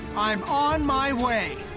i'm on my way.